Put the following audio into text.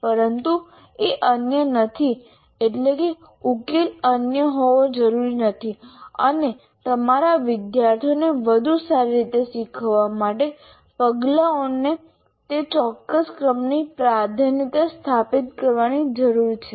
પરંતુ તે અનન્ય નથી એટલે કે ઉકેલ અનન્ય હોવો જરૂરી નથી અને તમારે વિદ્યાર્થીઓને વધુ સારી રીતે શીખવા માટે પગલાઓના તે ચોક્કસ ક્રમની પ્રાધાન્યતા સ્થાપિત કરવાની જરૂર છે